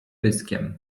pyskiem